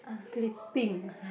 sleeping